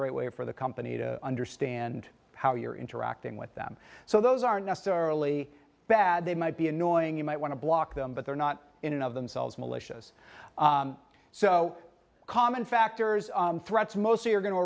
great way for the company to understand how you're interacting with them so those aren't necessarily bad they might be annoying you might want to block them but they're not in and of themselves malicious so common factors threats mostly are going to